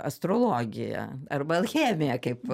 astrologija arba alchemija kaip